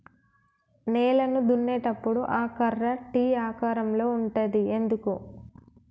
నేలను దున్నేటప్పుడు ఆ కర్ర టీ ఆకారం లో ఉంటది ఎందుకు?